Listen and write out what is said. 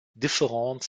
différentes